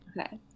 okay